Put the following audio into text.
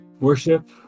Worship